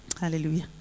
Hallelujah